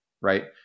right